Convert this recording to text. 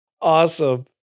Awesome